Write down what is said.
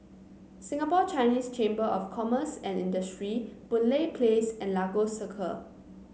Singapore Chinese Chamber of Commerce and Industry Boon Lay Place and Lagos Circle